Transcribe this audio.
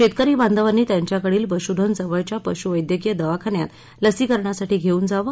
शेतकरी बांधवांनी त्यांच्याकडील पशुधन जवळच्या पशुवैद्यकीय दवाखान्यात लसीकरणासाठी घेवून जावे